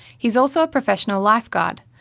he is also a professional lifeguard,